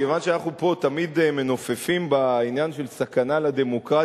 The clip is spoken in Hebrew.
כיוון שאנחנו פה תמיד מנופפים בעניין של סכנה לדמוקרטיה,